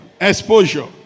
Exposure